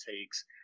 takes